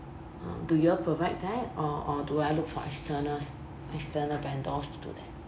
uh do you all provide that or or do I look for externals external vendors to do that